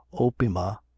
opima